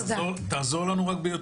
תודה.